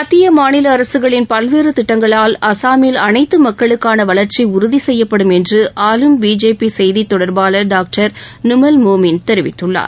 மத்திய மாநில அரசுகளின் பல்வேறு திட்டங்களால் அசாமில் அனைத்து மக்களுக்கான வளர்ச்சி உறுதி செய்யப்படும் என்று ஆளும் பிஜேபி செய்தி தொடர்பாளர் டாக்டர் நுமல் மோமின் தெரிவித்துள்ளார்